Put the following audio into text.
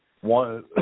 One